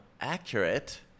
accurate